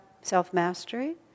self-mastery